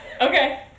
Okay